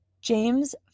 James